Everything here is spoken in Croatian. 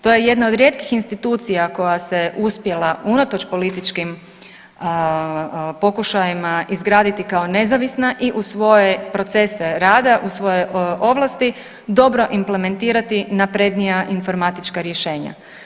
To je jedna od rijetkih institucija koja se uspjela unatoč političkim pokušajima izgraditi kao nezavisna i u svoje procese rada u svoje ovlasti dobro implementirati naprednija informatička rješenja.